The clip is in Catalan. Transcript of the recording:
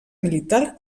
militar